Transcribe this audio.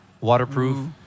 waterproof